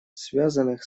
связанных